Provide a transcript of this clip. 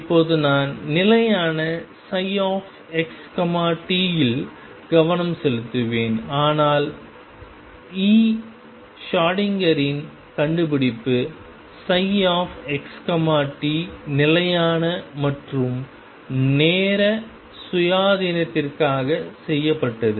இப்போது நான் நிலையான ψxt இல் கவனம் செலுத்துவேன் ஆனால் e ஷ்ரோடிங்கரின் கண்டுபிடிப்பு ψxt நிலையான மற்றும் நேர சுயாதீனத்திற்காக செய்யப்பட்டது